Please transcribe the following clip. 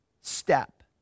step